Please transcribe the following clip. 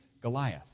Goliath